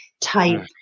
type